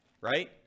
right